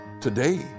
Today